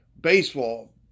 baseball